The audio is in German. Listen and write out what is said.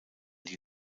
die